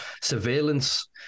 surveillance